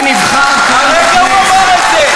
הרגע הוא אמר את זה.